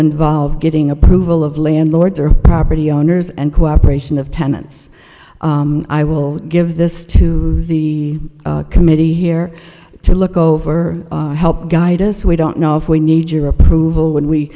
involve getting approval of landlords or property owners and cooperation of tenants i will give this to the committee here to look over help guide us we don't know if we need your approval when we